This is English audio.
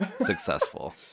successful